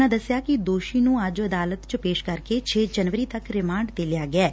ਉਨ੍ਹਾਂ ਦਸਿਆ ਕਿ ਦੋਸ਼ੀ ਨ੍ਹੰ ਅੱਜ ਅਦਾਲਤ ਚ ਪੇਸ਼ ਕਰਕੇ ਛੇ ਜਨਵਰੀ ਤੱਕ ਰਿਮਾਂਡ ਤੇ ਲਿਆ ਗਿਐ